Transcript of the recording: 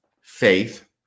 faith